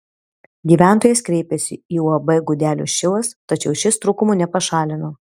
gyventojas kreipėsi į uab gudelių šilas tačiau šis trūkumų nepašalino